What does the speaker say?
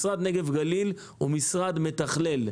משרד הנגב והגליל הוא משרד מתכלל,